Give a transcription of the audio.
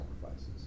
sacrifices